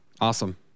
Awesome